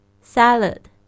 Salad